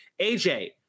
AJ